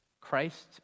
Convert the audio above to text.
Christ